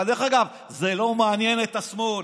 אבל דרך אגב, זה לא מעניין את השמאל.